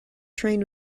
train